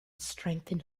strengthened